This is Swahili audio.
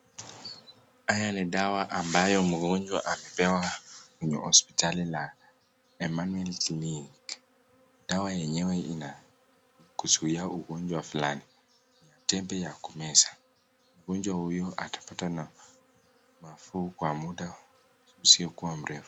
Haya ni dawa ambayo mgojwa amepewa kwenye hospitali la Emmanuel clinic. Dawa enyewe inakuzuia ugonjwa fulani, tembe ya kumeza. Mgonjwa huyu atapata nafuu kwa muda usiokua mrefu.